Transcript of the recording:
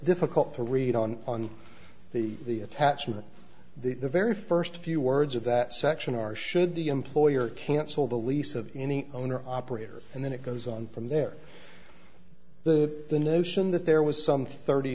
difficult to read on on the attachment the very first few words of that section are should the employer cancel the lease of any owner operator and then it goes on from there the the notion that there was some thirty